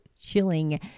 chilling